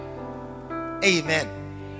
Amen